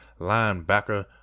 linebacker